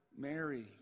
Mary